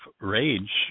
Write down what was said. rage